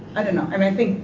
i don't know, i mean i think